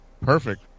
perfect